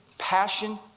passion